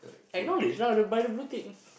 acknowledged lah by the blue tick